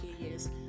yes